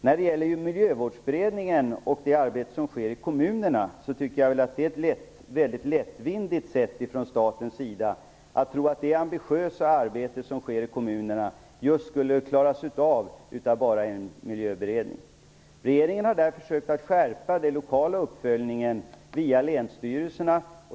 När det gäller Miljövårdsberedningen och det arbete som sker i kommunerna tycker jag att det är lättvindigt från statens sida att tro att det ambitiösa arbete som sker i kommunerna skulle klaras av bara av en miljöberedning. Regeringen har där försökt att skärpa den lokala uppföljningen via länsstyrelserna.